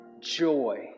joy